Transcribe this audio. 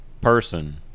person